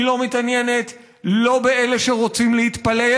היא לא מתעניינת לא באלה שרוצים להתפלל